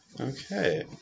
Okay